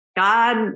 God